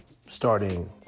starting